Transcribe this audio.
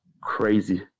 crazy